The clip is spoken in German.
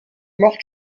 macht